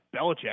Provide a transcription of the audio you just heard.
Belichick